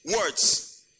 words